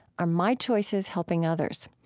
are my choices helping others?